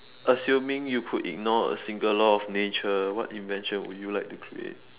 assuming you could ignore a single law of nature what invention would you like to create